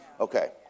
Okay